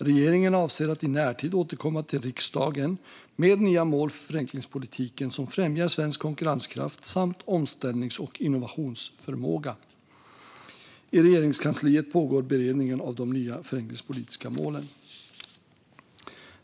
Regeringen avser att i närtid återkomma till riksdagen med nya mål för förenklingspolitiken som främjar svensk konkurrenskraft samt omställnings och innovationsförmåga. I Regeringskansliet pågår beredningen av de nya förenklingspolitiska målen.